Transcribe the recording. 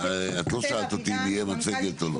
את לא שאלת אותי אם יהיה מצגת או לא,